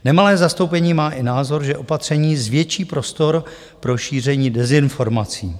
Nemalé zastoupení má i názor, že opatření zvětší prostor pro šíření dezinformací.